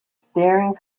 staring